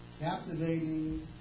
Captivating